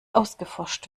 ausgeforscht